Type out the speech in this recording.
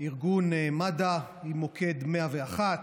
ארגון מד"א, הוא מוקד 101,